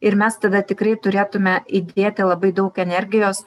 ir mes tada tikrai turėtume įdėti labai daug energijos